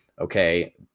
okay